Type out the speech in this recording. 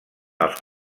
els